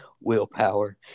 willpower